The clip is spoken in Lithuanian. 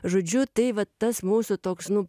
žodžiu tai vat tas mūsų toks nu